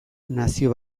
nazio